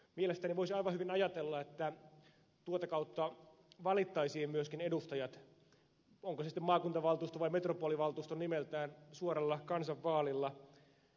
mielestäni voisi aivan hyvin ajatella että tuota kautta valittaisiin myöskin edustajat valtuustoon onko se sitten maakuntavaltuusto vai metropolivaltuusto nimeltään suoralla kansanvaalilla